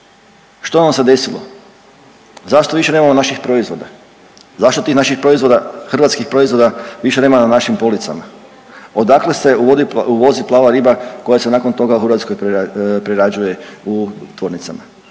Što nam se desilo? Zašto više nemamo naših proizvoda? Zašto tih naših proizvoda, hrvatskih proizvoda više nema na našim policama? Odakle se uvozi plava riba koja se nakon toga u Hrvatskoj prerađuje u tvornicama?